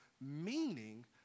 Meaning